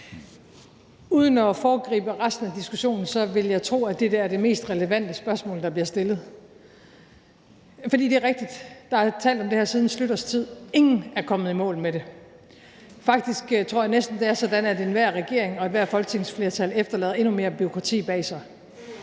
resten af diskussionen vil jeg tro, at dette er det mest relevante spørgsmål, der bliver stillet. For det er rigtigt, at der er blevet talt om det her siden Poul Schlüters tid, og ingen er kommet i mål med det. Faktisk tror jeg næsten, det er sådan, at enhver regering og ethvert folketingsflertal efterlader endnu mere bureaukrati bag sig.